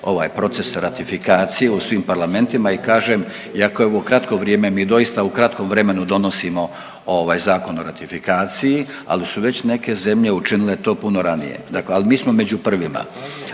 proces ratifikacije u svim parlamentima i kažem iako je ovo kratko vrijeme, mi doista u kratkom vremenu donosimo ovaj Zakon o ratifikaciji, ali su već neke zemlje učinile to puno ranije, dakle ali mi smo među prvima.